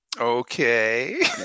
Okay